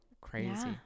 crazy